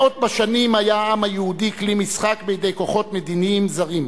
מאות בשנים היה העם היהודי כלי משחק בידי כוחות מדיניים זרים,